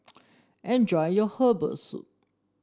enjoy your Herbal Soup